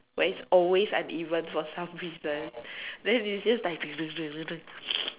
where it's always uneven for some reason then it's just like